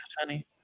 honey